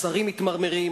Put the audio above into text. השרים מתמרמרים,